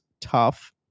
tough